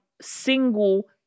single